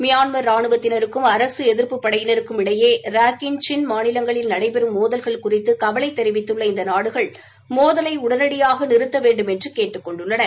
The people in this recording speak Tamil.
மியான்ம் ரானுவத்தினருக்கும் அரசு எதிர்ப்பு படையினருக்கும் இடையே ராக்கின் சின் மாநிலங்களில் நடைபெறும் மோதல்கள் குறித்து கவலை தெரிவித்துள்ள இந்த நாடுகள் மோதலை உடனடியாக நிறுத்த வேண்டுமென்று கேட்டுக் கொண்டுள்ளன